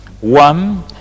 One